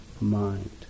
mind